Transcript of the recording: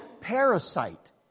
parasite